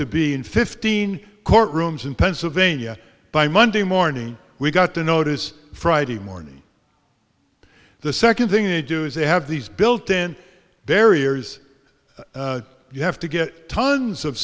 to be in fifteen courtrooms in pennsylvania by monday morning we got the notice friday morning the second thing they do is they have these built in their ears you have to get tons of